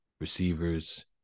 Receivers